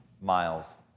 miles